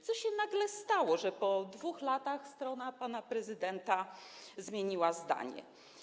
Co się nagle stało, że po 2 latach strona pana prezydenta zmieniła zdanie?